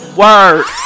word